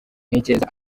ntekereza